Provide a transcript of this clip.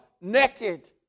naked